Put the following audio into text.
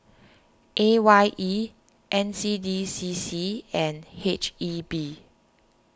A Y E N C D C C and H E B